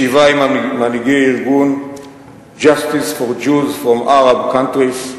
ישיבה עם מנהיגי ארגון Justice for Jews from Arab Countries,